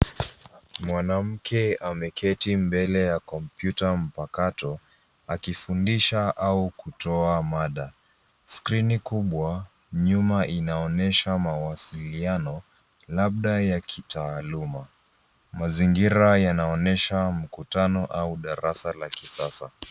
Mwanamke ameketi mbele ya kompyuta mpakato akifundisha au kutoa mada. Skrini kubwa nyuma inaonyesha mawasiliano labda ya kitaaluma. Mazingira yanaonyesha mkutano au darasa la kisasa.